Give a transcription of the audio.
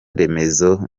remezo